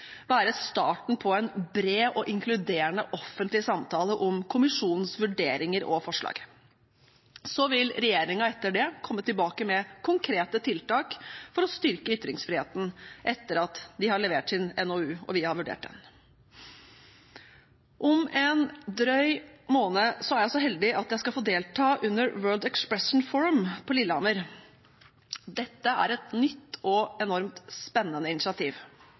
være starten på en bred og inkluderende offentlig samtale om kommisjonens vurderinger og forslag. Så vil regjeringen etter det komme tilbake med konkrete tiltak for å styrke ytringsfriheten etter at de har levert sin NOU, og vi har vurdert den. Om en drøy måned er jeg så heldig at jeg skal få delta under World Expression Forum på Lillehammer. Dette er et nytt og enormt spennende initiativ,